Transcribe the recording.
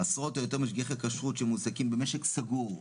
עשרות או יותר משגיחי כשרות שמועסקים במשק סגור,